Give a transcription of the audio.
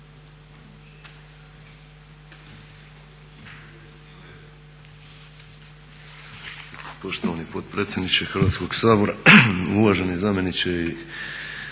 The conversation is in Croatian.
Hrvatskog sabora,